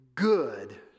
good